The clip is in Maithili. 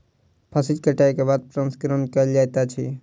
फसिल कटै के बाद प्रसंस्करण कयल जाइत अछि